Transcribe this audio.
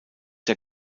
der